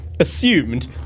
Assumed